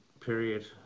period